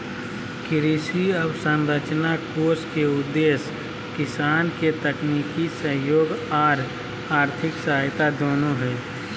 कृषि अवसंरचना कोष के उद्देश्य किसान के तकनीकी सहयोग आर आर्थिक सहायता देना हई